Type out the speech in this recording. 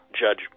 Judge